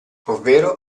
ovvero